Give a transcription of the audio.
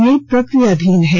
यह प्रक्रियाधीन है